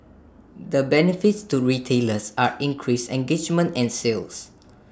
the benefits to retailers are increased engagement and sales